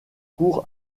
court